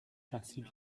تحصیل